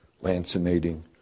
lancinating